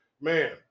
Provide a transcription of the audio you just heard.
Man